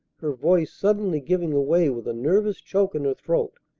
her voice suddenly giving way with a nervous choke in her throat,